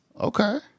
Okay